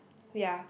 ya